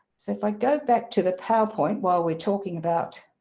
so if i go back to the powerpoint while we're talking about